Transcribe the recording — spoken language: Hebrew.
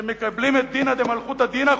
שמקבלים את דינא דמלכותא דינא,